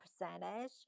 percentage